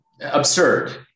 absurd